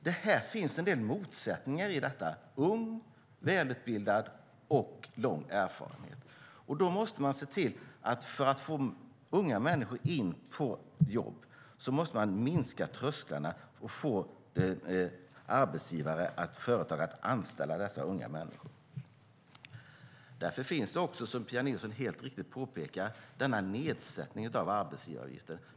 Det finns en del motsättningar i det - ung, välutbildad och lång erfarenhet. För att få unga människor i jobb måste vi sänka trösklarna så att arbetsgivare, företagare, anställer dem. Därför finns, som Pia Nilsson helt riktigt påpekar, nedsättningen av arbetsgivaravgiften.